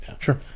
Sure